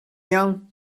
iawn